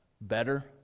better